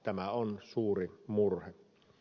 tämä on suuri murhe